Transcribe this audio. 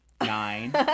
nine